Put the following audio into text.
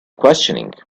questioning